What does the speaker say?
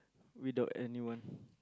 without anyone